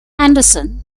andersson